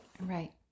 Right